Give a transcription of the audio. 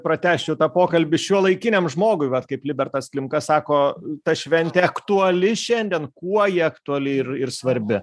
pratęsčiau tą pokalbį šiuolaikiniam žmogui vat kaip libertas klimka sako ta šventė aktuali šiandien kuo ji aktuali ir ir svarbi